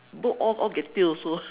both all all get tail also